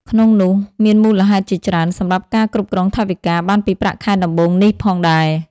ក្នុងនោះ មានមូលហេតុជាច្រើនសម្រាប់ការគ្រប់គ្រងថវិកាបានពីប្រាក់ខែដំបូងនេះផងដែរ ។